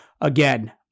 again